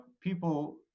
people